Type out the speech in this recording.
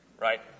right